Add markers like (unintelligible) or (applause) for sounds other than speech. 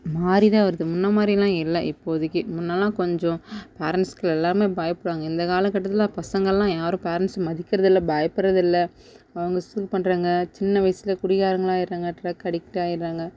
மாறி தான் வருது முன்ன மாதிரியெல்லாம் இல்லை இப்போதைக்கு முன்னெல்லாம் கொஞ்சம் பேரன்ட்ஸ்க்கு எல்லாமே பயப்படுவாங்க இந்த காலகட்டத்தில் பசங்கெல்லாம் யாரும் பேரன்ட்ஸை மதிக்கிறதில்லை பயப்படுறதில்ல அவங்க (unintelligible) பண்ணுறாங்க சின்ன வயதுல குடிகாரன்களாக ஆயிடுறாங்க டிரக் அடிக்ட் ஆயிடுறாங்க